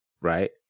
right